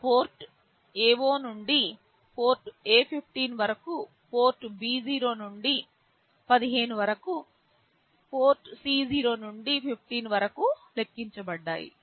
ఇవి port A0 నుండి port A15 వరకు పోర్ట్ B0 నుండి 15 వరకు పోర్ట్ C0 నుండి 15 వరకు లెక్కించబడ్డాయి